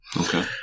Okay